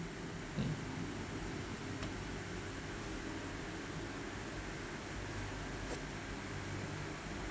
mm